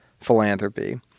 philanthropy